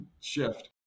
shift